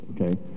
Okay